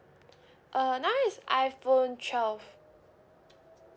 uh now is iphone twelve